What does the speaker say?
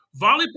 volleyball